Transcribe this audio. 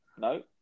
no